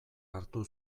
hartu